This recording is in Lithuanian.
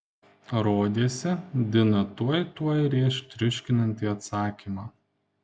rodėsi dina tuoj tuoj rėš triuškinantį atsakymą